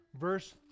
verse